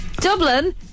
Dublin